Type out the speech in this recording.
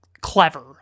clever